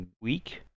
week